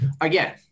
again